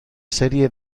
serie